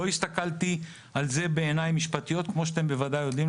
לא הסתכלתי על זה בעיניים משפטיות כמו שאתם בוודאי יודעים,